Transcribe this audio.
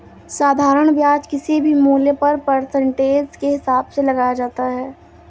साधारण ब्याज किसी भी मूल्य पर परसेंटेज के हिसाब से लगाया जाता है